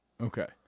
Okay